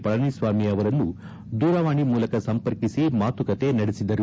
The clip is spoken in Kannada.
ಪಳನಿ ಸ್ವಾಮಿ ಅವರನ್ನು ದೂರವಾಣಿ ಮೂಲಕ ಸಂಪರ್ಕಿಸಿ ಮಾತುಕತೆ ನಡೆಸಿದರು